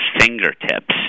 fingertips